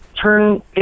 turn